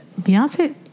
Beyonce